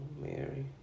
Mary